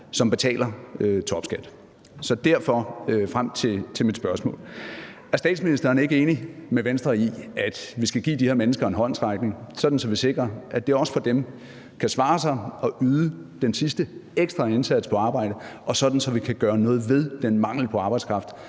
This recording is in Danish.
som betaler topskat. Det leder frem til mit spørgsmål: Er statsministeren ikke enig med Venstre i, at vi skal give de her mennesker en håndsrækning, sådan at vi sikrer, at det også for dem kan svare sig at yde den sidste ekstra indsats på arbejdet, og sådan at vi kan gøre noget ved den mangel på arbejdskraft,